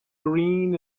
green